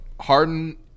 Harden